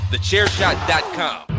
TheChairShot.com